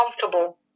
comfortable